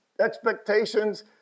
expectations